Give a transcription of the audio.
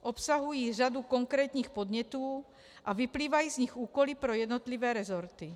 Obsahují řadu konkrétních podnětů a vyplývají z nich úkoly pro jednotlivé rezorty.